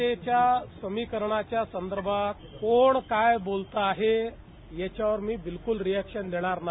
त्याच्या समिकरणाच्या संदर्भात कोण काय बोलतं आहे याच्यावर मि बिलकूल रिआक्शॅन देणार नाही